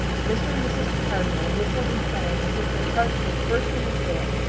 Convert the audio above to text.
mr. and mrs. cardinal whistled and sang as if their hearts were bursting with joy,